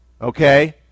okay